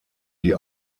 die